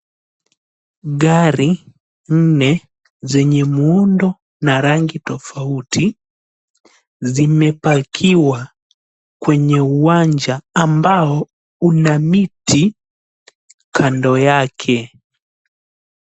Gari nne zenye muundo na rangi tofauti zimepakiwa kwenye uwanja ambao una miti kando yake.